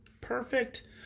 Perfect